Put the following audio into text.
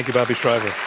bobby shriver.